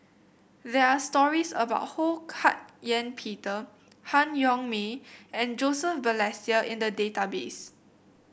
there are stories about Ho Hak Ean Peter Han Yong May and Joseph Balestier in the database